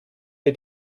wir